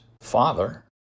father